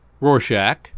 Rorschach